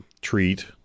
treat